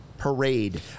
parade